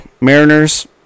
Mariners